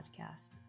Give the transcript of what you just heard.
podcast